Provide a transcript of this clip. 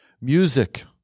Music